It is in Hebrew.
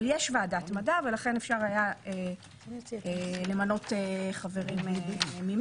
אבל יש ועדת מדע ולכן אפשר היה למנות חברים ממנה.